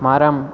மரம்